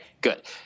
good